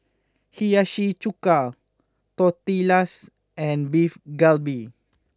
Hiyashi Chuka Tortillas and Beef Galbi